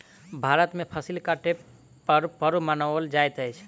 भारत में फसिल कटै पर पर्व मनाओल जाइत अछि